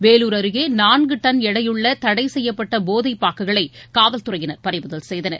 வேலூர் அருகே நான்கு டன் எடையுள்ள தடை செய்யப்பட்ட போதை பாக்குகளை காவல்துறையினர் பறிமுதல் செய்தனர்